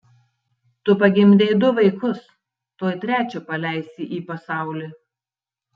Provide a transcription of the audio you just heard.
tu pagimdei du vaikus tuoj trečią paleisi į pasaulį